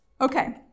Okay